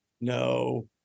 no